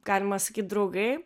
galima sakyt draugai